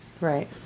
right